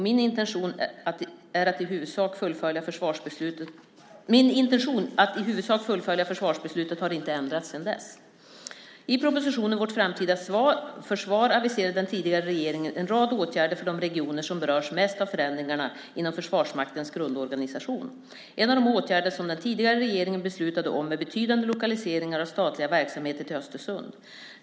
Min intention att i huvudsak fullfölja försvarsbeslutet har inte ändrats sedan dess. I propositionen Vårt framtida försvar aviserade den tidigare regeringen en rad åtgärder för de regioner som berörs mest av förändringarna inom Försvarsmaktens grundorganisation. En av de åtgärder som den tidigare regeringen beslutade om är betydande lokaliseringar av statliga verksamheter till Östersund.